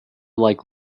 like